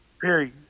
Period